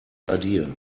idea